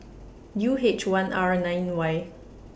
U H one R nine Y